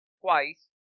twice